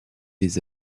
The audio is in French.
les